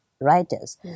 writers